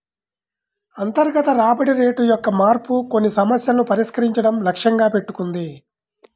అంతర్గత రాబడి రేటు యొక్క మార్పు కొన్ని సమస్యలను పరిష్కరించడం లక్ష్యంగా పెట్టుకుంది